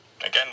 again